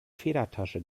federtasche